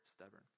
stubborn